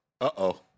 Uh-oh